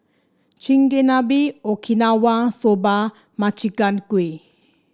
Chigenabe Okinawa Soba Makchang Gui